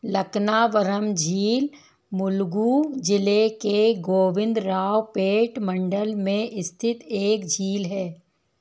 लकनावरम झील मुलुगु जिले के गोविंदरावपेट मंडल में स्थित एक झील है